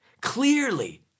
Clearly